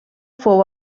fou